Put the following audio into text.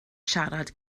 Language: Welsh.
siarad